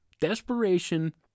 Desperation